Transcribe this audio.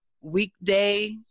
weekday